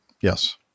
Yes